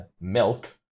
milk